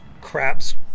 Crabs